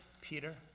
Peter